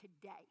today